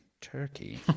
turkey